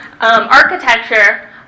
architecture